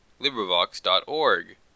LibriVox.org